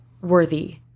worthy